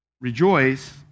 rejoice